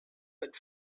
but